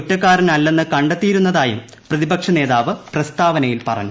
കുറ്റക്കാരനല്ലെന്ന് കണ്ടെത്തിയിരുന്നതായും പ്രതിപക്ഷനേതാവ് പ്രസ്താവനയിൽ പറഞ്ഞു